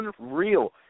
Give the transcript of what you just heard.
unreal